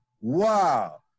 wow